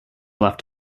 left